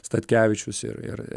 statkevičius ir ir